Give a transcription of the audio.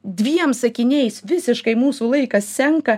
dviem sakiniais visiškai mūsų laikas senka